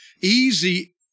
easy